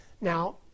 Now